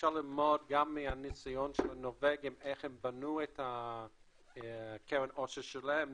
ללמוד גם מהניסיון של הנורבגים איך הם בנו את קרן העושר שלהם